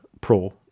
Pro